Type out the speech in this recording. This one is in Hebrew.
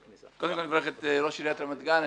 קודם כל אני מברך את ראש עיריית רמת גן.